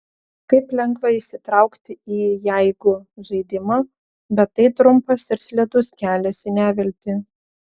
kaip lengva įsitraukti į jeigu žaidimą bet tai trumpas ir slidus kelias į neviltį